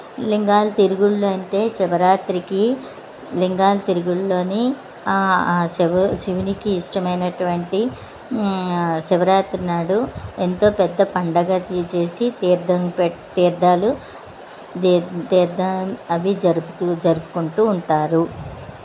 లింగాల తిరుగుళ్ళు అంటే శివరాత్రికి లింగాల తిరుగుళ్ళు అని శివ శివునికి ఇష్టమైనటువంటి శివరాత్రి నాడు ఎంతో పెద్ద పండుగ చేసి తీర్చేసి తీర్థం పెట్టి తీర్థాలు ది తీర్థాలు అవి జరుపుతు జరుపుకుంటు ఉంటారు